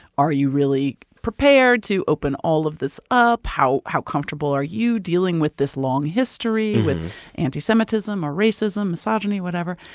are you really prepared to open all of this up? how how comfortable are you dealing with this long history with anti-semitism or racism, misogyny whatever?